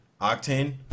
Octane